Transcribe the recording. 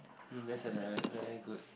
mm that's a very very good